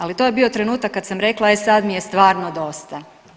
Ali to je bio trenutak kad sam rekla e sad mi je stvarno dosta.